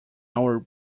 our